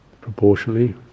proportionally